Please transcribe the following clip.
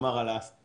כלומר על ביטולו.